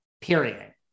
period